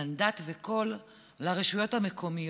מנדט וקול לרשויות המקומיות.